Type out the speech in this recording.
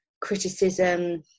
criticism